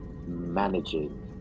managing